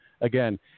again